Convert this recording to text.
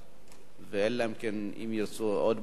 אלא אם ירצה עוד מישהו עמדה אחרת.